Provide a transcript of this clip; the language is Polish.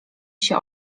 się